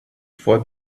for